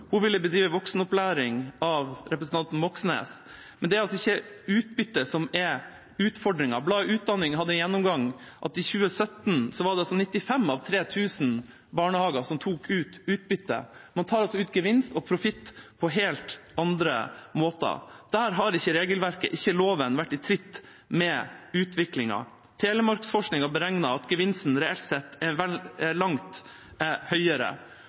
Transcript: Hun ville bedrive voksenopplæring av representanten Moxnes, men det er altså ikke utbytte som er utfordringen. Bladet Utdanning hadde en gjennomgang som viste at i 2017 var det 95 av 3 000 barnehager som tok ut utbytte. Man tar altså ut gevinst og profitt på helt andre måter. Her har ikke regelverket og loven holdt tritt med utviklingen. Telemarksforskning har beregnet at gevinsten reelt sett er langt høyere,